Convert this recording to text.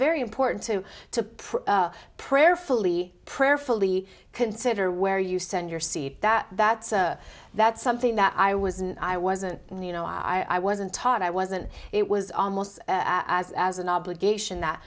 very important to to prayerfully prayerfully consider where you send your seat that that's a that's something that i was and i wasn't you know i wasn't taught i wasn't it was almost as an obligation that